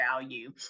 value